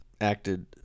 acted